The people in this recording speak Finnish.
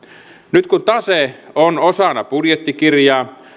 nyt kun tase on osana budjettikirjaa